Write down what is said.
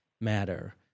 matter